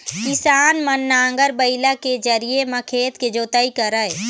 किसान मन नांगर, बइला के जरिए म खेत के जोतई करय